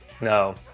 No